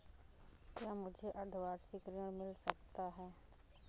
क्या मुझे अर्धवार्षिक ऋण मिल सकता है?